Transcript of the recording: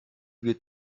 wird